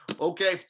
okay